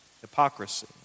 Hypocrisy